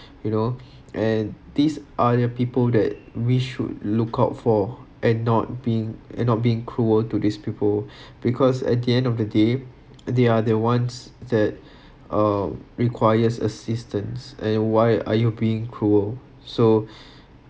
you know and these are the people that we should look out for and not being and not being cruel to these people because at the end of the day they are that ones that uh requires assistance and why are you being cruel so